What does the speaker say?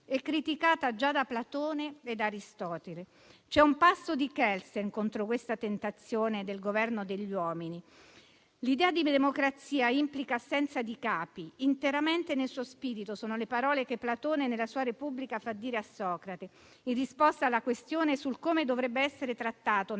e criticata già da Platone e Aristotele. C'è un passo di Kelsen contro questa tentazione del Governo degli uomini: «L'idea di democrazia implica assenza di capi. Interamente nel suo spirito sono le parole che Platone, nella sua Repubblica fa dire a Socrate - in risposta alla questione sul come dovrebbe essere trattato, nello